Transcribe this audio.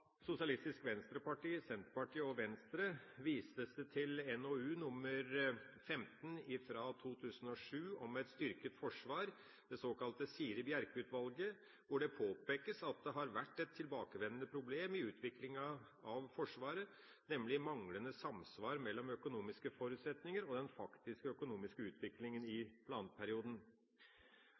Sosialistisk Venstreparti, Senterpartiet og Venstre vises det til NOU 2007:15, Et styrket forsvar, det såkalte Siri Bjerke-utvalget, hvor det påpekes at det har vært et tilbakevendende problem i utviklinga av Forsvaret, nemlig manglende samsvar mellom økonomiske forutsetninger og den faktiske økonomiske utviklinga i